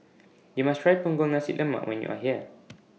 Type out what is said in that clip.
YOU must Try Punggol Nasi Lemak when YOU Are here